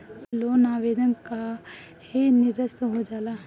Loan आवेदन काहे नीरस्त हो जाला?